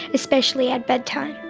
especially at bedtime.